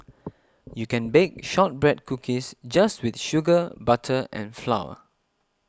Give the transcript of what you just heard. you can bake Shortbread Cookies just with sugar butter and flour